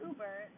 Uber